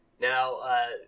Now